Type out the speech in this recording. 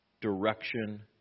direction